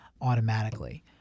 automatically